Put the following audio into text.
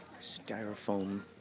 styrofoam